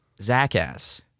Zackass